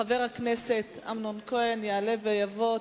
חבר הכנסת אמנון כהן יעלה ויבוא.